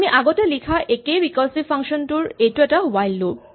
আমি আগতে লিখা একেই ৰিকাৰছিভ ফাংচন টোৰ এইটো এটা হুৱাইল ৰূপ